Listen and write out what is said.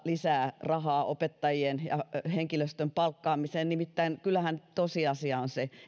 lisää rahaa opettajien ja henkilöstön palkkaamiseen nimittäin kyllähän tosiasia on se